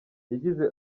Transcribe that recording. yagize